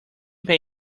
pay